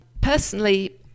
personally